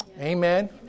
Amen